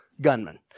gunman